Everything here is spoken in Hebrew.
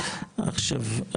עכשיו,